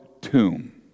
tomb